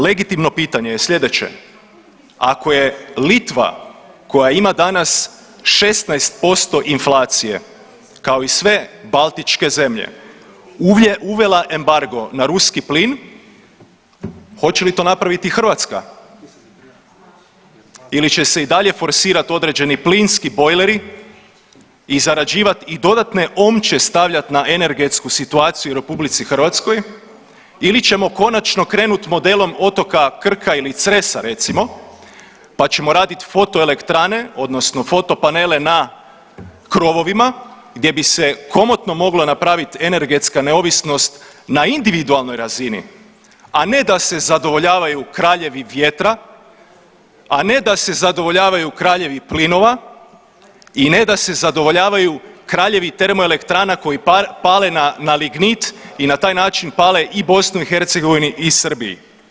Legitimno pitanje je slijedeće ako je Litva koja ima danas 16% inflacije kao i sve baltičke zemlje uveza embargo na ruski plin, hoće li to napraviti Hrvatska ili će se i dalje forsirat određeni plinski bojleri i zarađivat i dodatne omče stavljat na energetsku situaciju u RH ili ćemo konačno krenut modelom otoka Krka ili Cresa recimo pa ćemo radit fotoelektrane odnosno fotopanele na krovovima gdje bi se komotno mogla napraviti energetska neovisnost na individualnoj razini, a ne da se zadovoljavaju kraljevi vjetra, a ne da se zadovoljavaju kraljevi plinova i ne da se zadovoljavaju kraljevi termoelektrana koji pale na lignit i na taj način pale i BiH i Srbiji.